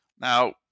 Now